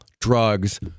drugs